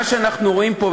שמה שאנחנו רואים פה,